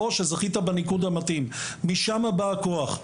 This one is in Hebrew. או שזכית בניקוד המתאים משם בא הכוח.